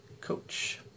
Coach